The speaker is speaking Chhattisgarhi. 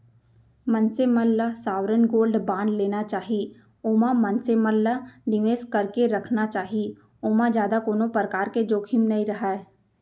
मनसे मन ल सॉवरेन गोल्ड बांड लेना चाही ओमा मनसे मन ल निवेस करके रखना चाही ओमा जादा कोनो परकार के जोखिम नइ रहय